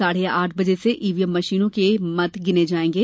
साढ़े आठ बजे से ईवीएम मशीनों के मत गिने जाएंगे